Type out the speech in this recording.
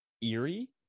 eerie